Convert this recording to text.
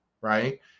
right